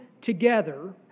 together